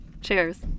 Cheers